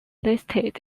listed